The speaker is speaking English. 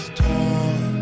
torn